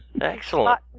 Excellent